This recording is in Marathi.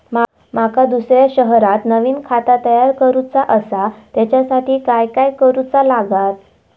माका दुसऱ्या शहरात नवीन खाता तयार करूचा असा त्याच्यासाठी काय काय करू चा लागात?